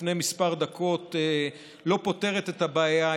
לפני כמה דקות לא פותרת את הבעיה,